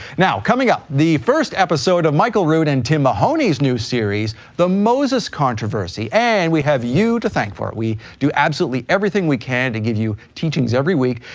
now coming up, the first episode of michael rood and tim mahoney's new series, the moses controversy and we have you to thank for it. we do absolutely everything we can to give you teachings every week,